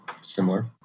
similar